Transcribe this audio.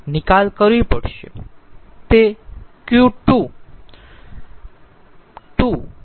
તે Q2 2 એ અશુન્ય ઘન જથ્થો છે